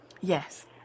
yes